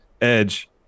Edge